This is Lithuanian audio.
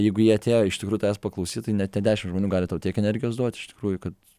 jeigu jie atėjo iš tikrų tavęs paklausyt tai net tie dešim žmonių gali tau tiek energijos duot iš tikrųjų kad